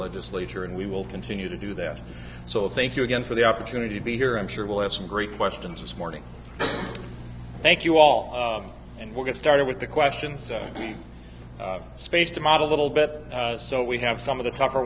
legislature and we will continue to do that so thank you again for the opportunity to be here i'm sure we'll have some great questions this morning thank you all and we'll get started with the questions so the space to model little bit so we have some of the tougher